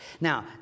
Now